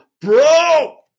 bro